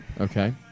Okay